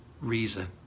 reason